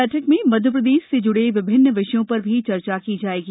बैठक में मध्य प्रदेश से ज्डे विभिन्न विषयों पर भी चर्चा की जाएगी